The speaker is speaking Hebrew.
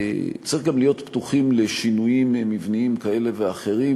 צריך גם להיות פתוחים לשינויים מבניים כאלה ואחרים,